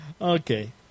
Okay